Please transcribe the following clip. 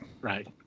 Right